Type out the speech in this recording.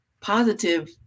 positive